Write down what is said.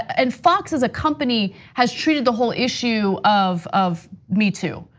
and fox as a company has treated the whole issue of of me, too,